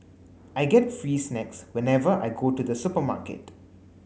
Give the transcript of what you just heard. I get free snacks whenever I go to the supermarket